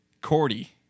Cordy